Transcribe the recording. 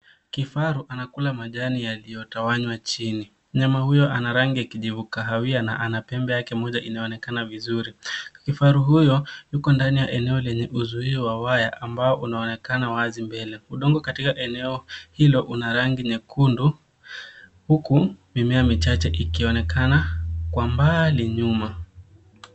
Kifaru anakula majani yaliyotawanywa chini. Myama huyo ana rangi ya kijivu kahawia na anapembe yake moja inayoonekana vizuri. Kifaru huyo yuko ndani ya eneo lenye uzio wa waya ambao unaonekana wazi mbele. Udongo katika eneo hilo una rangi nyekundu huku, mimea michache ikionekana kwa mbali nyuma.